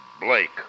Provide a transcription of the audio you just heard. Blake